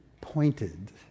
pointed